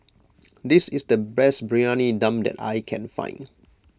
this is the best Briyani Dum that I can find